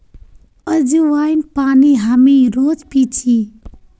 अज्वाइन पानी हामी रोज़ पी छी